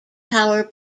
power